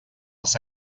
els